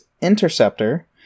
Interceptor